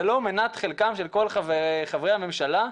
זה לא מנת חלקם של כל חברי הממשלה,